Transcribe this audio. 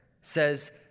says